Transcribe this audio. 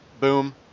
Boom